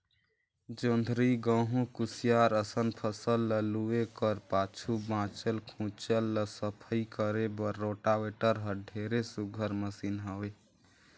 जोंधरी, गहूँ, कुसियार असन फसल ल लूए कर पाछू बाँचल खुचल ल सफई करे बर रोटावेटर हर ढेरे सुग्घर मसीन हवे